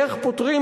איך פותרים,